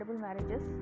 Marriages